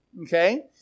okay